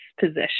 position